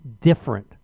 different